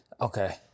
Okay